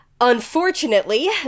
Unfortunately